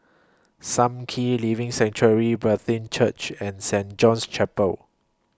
SAM Kee Living Sanctuary Brethren Church and Saint John's Chapel